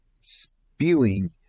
spewing